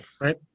right